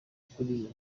kuri